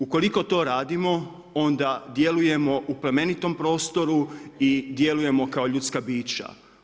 Ukoliko to radimo onda djelujemo u plemenitom prostoru i djelujemo kao ljudska bića.